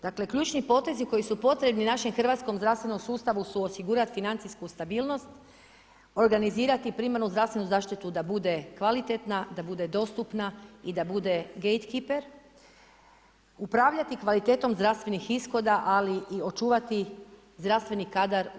Dakle ključni potezi koji su potrebni našem hrvatskom zdravstvenom sustavu su osigurat financijsku stabilnost, organizirati primarnu zdravstvenu zaštitu da bude kvalitetna, da bude dostupna i da bude gate keeper, upravljati kvalitetom zdravstvenih ishoda, ali i očuvati zdravstveni kadar u